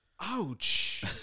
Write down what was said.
Ouch